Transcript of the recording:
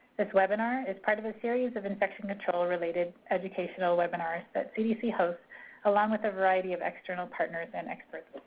this webinar is part of a series of infection control related educational webinars ah that cdc hosts along with a variety of external partners and experts.